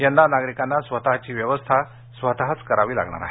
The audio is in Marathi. यंदा नागरिकांना स्वतःची व्यवस्था स्वतः करावी लागणार आहे